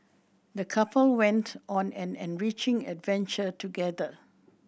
the couple went on an enriching adventure together